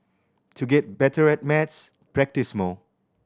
to get better at maths practise more